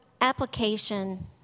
application